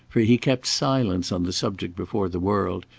for he kept silence on the subject before the world,